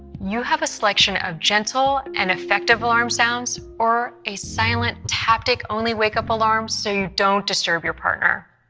you have a selection of gentle and effective alarm sounds or a silent tactic only wake up alarm so you don't disturb your partner.